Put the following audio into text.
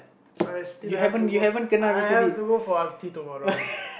I still have to go I have to go for R_T tomorrow